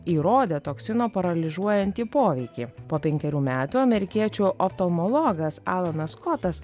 įrodė toksino paralyžiuojantį poveikį po penkerių metų amerikiečių oftalmologas alanas skotas